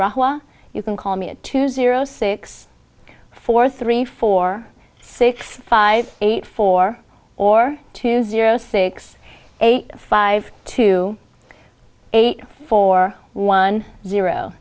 raw you can call me a two zero six four three four six five eight four or two zero six eight five two eight four one zero